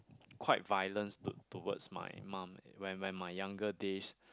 quite violence to~ towards my mum when when my younger days